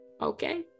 Okay